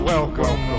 Welcome